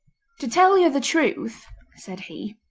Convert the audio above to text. to tell you the truth said he,